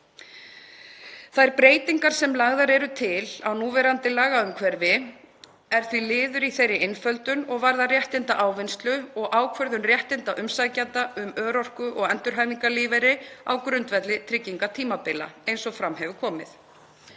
Þær breytingar sem lagðar eru til á núverandi lagaumhverfi eru því liður í þeirri einföldun og varðar réttindaávinnslu og ákvörðun réttinda umsækjanda um örorku- og endurhæfingarlífeyri á grundvelli tryggingatímabila, eins og fram hefur komið.